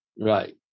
Right